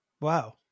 Wow